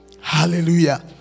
Hallelujah